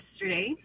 yesterday